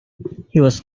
was